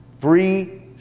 three